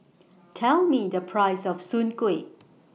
Tell Me The Price of Soon Kueh